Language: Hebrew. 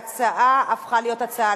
ההצעה הנ"ל הופכת להיות הצעה